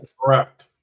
Correct